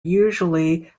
usually